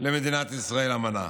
למדינת ישראל אמנה,